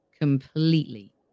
Completely